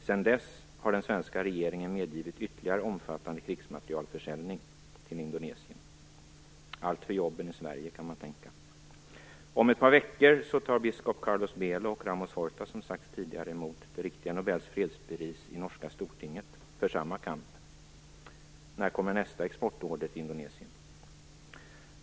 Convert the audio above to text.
Sedan dess har den svenska regeringen medgivit ytterligare omfattande krigsmaterielförsäljning till Indonesien - allt för jobben i Sverige, kan man tänka. Om ett par veckor tar biskop Carlos Belo och Ramos Horta, som sagts tidigare, emot det riktiga Nobels fredspris i norska stortinget för samma kamp. När kommer nästa exportorder till Indonesien?